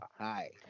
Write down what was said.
Hi